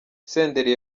senderi